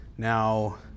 Now